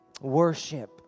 worship